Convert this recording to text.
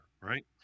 right